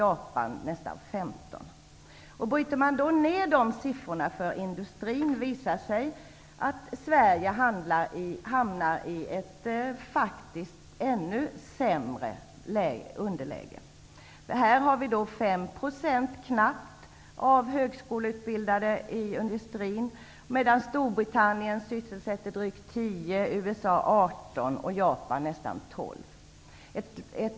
I Om man bryter ned dessa siffror för industrin, visar det sig att Sverige faktiskt hamnar i ett ännu sämre underläge. I Sverige finns knappt 5 % av de högskoleutbildade inom industrin, medan siffran för Storbritannien är drygt 10 %, för USA 18 % och för Japan nästan 12 %.